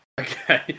Okay